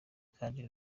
kandi